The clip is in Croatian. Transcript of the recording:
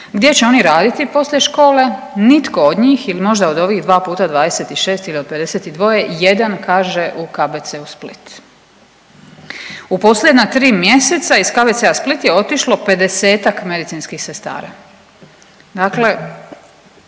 gdje će oni raditi poslije škole nitko od njih ili možda od ovih 2 puta 26 ili od 52 jedan kaže u KBC-u Split. U posljednja tri mjeseca iz KBC-a Split je otišlo 50-tak medicinskih sestara.